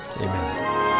Amen